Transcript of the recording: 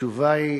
התשובה היא,